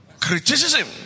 Criticism